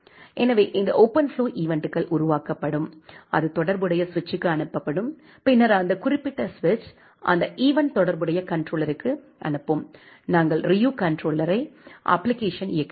எனவே இந்த ஓபன்ஃப்ளோ ஈவென்ட்கள் உருவாக்கப்படும் அது தொடர்புடைய சுவிட்சுக்கு அனுப்பப்படும் பின்னர் அந்த குறிப்பிட்ட சுவிட்ச் அந்த ஈவென்ட் தொடர்புடைய கண்ட்ரோலருக்கு அனுப்பும் நாங்கள் ரியூ கண்ட்ரோலர் அப்ப்ளிகேஷனை இயக்குகிறோம்